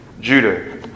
Judah